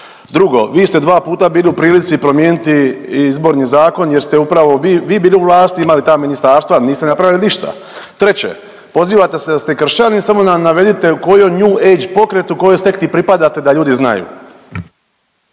Drugo, vi ste dva puta bili u prilici promijeniti Izborni zakon jer ste upravo vi bili u vlasti, imali ta ministarstva, niste napravili ništa. Treće, pozivate se da ste kršćani. Samo nam navedite kojem new age pokretu, kojoj sekti pripadate da ljudi znaju.